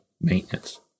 maintenance